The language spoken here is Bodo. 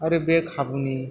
आरो बे खाबुनि